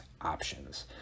options